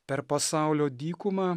per pasaulio dykumą